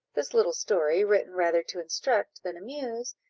this little story, written rather to instruct than amuse,